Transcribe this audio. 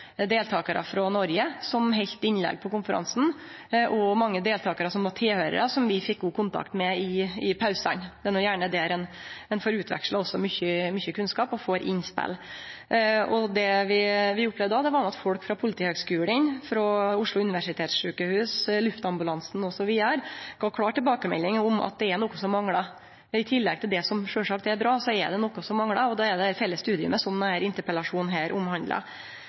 deltakarar frå Noreg, som heldt innlegg på konferansen, og det var mange deltakarar som var tilhøyrarar, og som vi fekk god kontakt med i pausane. Det er jo gjerne då ein får utveksle mykje kunnskap, og at ein får innspel. Det vi opplevde då, var at folk frå Politihøgskolen, Oslo universitetssykehus, Luftambulansen osv. ga klar tilbakemelding om at det er noko som manglar. I tillegg til det som sjølvsagt er bra, er det noko som manglar, og det er dette felles studiet, som denne interpellasjonen omhandlar.